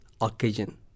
occasion